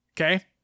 Okay